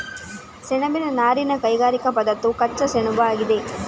ಸೆಣಬಿನ ನಾರಿನ ಕೈಗಾರಿಕಾ ಪದಾರ್ಥವು ಕಚ್ಚಾ ಸೆಣಬುಆಗಿದೆ